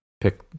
pick